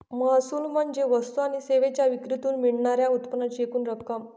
महसूल म्हणजे वस्तू आणि सेवांच्या विक्रीतून मिळणार्या उत्पन्नाची एकूण रक्कम